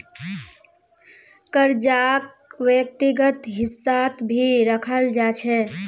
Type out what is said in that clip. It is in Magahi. कर्जाक व्यक्तिगत हिस्सात भी रखाल जा छे